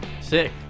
Sick